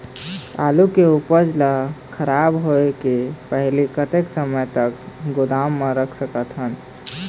आलू के उपज ला खराब होय के पहली कतका समय तक गोदाम म रख सकत हन?